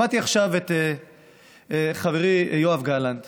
שמעתי עכשיו את חברי יואב גלנט